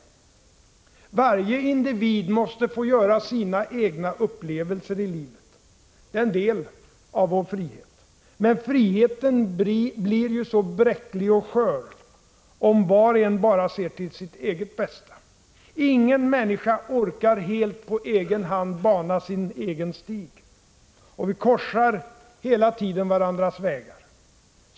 Varje individ måste få göra sina egna upplevelser i livet. Det är en del av vår frihet. Men friheten blir ju så bräcklig och skör om var och en bara ser till sitt eget bästa. Ingen människa orkar helt på egen hand bana sin egen stig. Och vi korsar hela tiden varandras vägar.